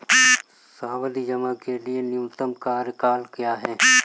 सावधि जमा के लिए न्यूनतम कार्यकाल क्या है?